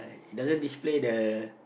doesn't display the